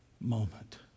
moment